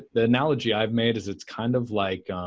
the analogy i've made is it's kind of like